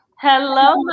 Hello